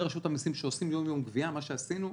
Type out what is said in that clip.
רשות המסים שעושים יום-יום גבייה מה שעשינו,